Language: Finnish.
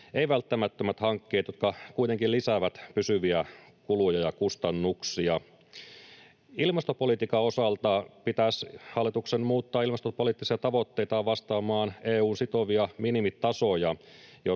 ei-välttämättömät hankkeet, jotka kuitenkin lisäävät pysyviä kuluja ja kustannuksia. Ilmastopolitiikan osalta pitäisi hallituksen muuttaa ilmastopoliittisia tavoitteitaan vastaamaan EU:n sitovia minimitasoja,